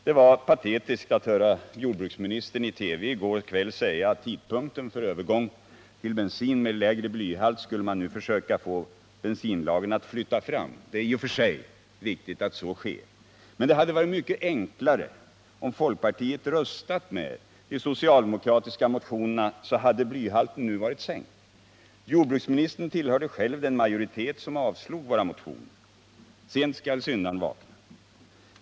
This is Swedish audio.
Det var patetiskt att höra jordbruksministern i TV i går kväll säga att man nu skulle försöka få bensinbolagen att flytta fram tidpunkten för övergång till bensin med lägre blyhalt. Det är i och för sig viktigt att så sker, men det hade varit mycket enklare om folkpartiet röstat för de socialdemokratiska motionerna. I så fall hade blyhalten nu varit sänkt. Jordbruksministern tillhörde själv den majoritet som avslog våra motioner. Sent skall syndaren vakna.